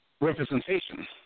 representation